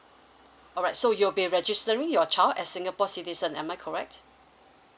alright so you'll be registering your child as singapore citizen am I correct